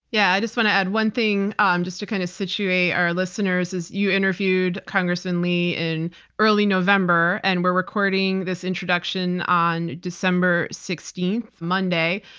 yeah. i just want to add one thing, um just to kind of situate our listeners. you interviewed congresswoman lee in early november and we're recording this introduction on december sixteenth, monday.